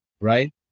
right